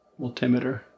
multimeter